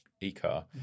e-car